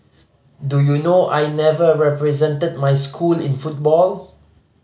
do you know I never represented my school in football